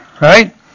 Right